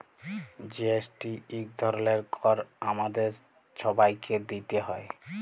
GST ইক ধরলের কর আমাদের ছবাইকে দিইতে হ্যয়